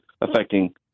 affecting